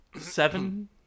Seven